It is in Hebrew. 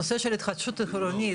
נושא של התחדשות עירונית,